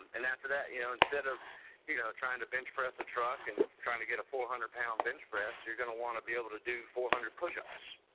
and and after that, you know, instead of you know trying to bench press a track and trying to get a four hundred pound bench press you're going to want to be able to do four hundred push-ups,